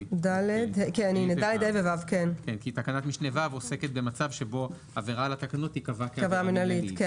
כי תקנת משנה (ו) עוסקת במצב שבו עבירה על התקנות תיקבע כעבירה מינהלית.